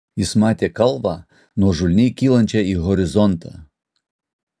jis matė kalvą nuožulniai kylančią į horizontą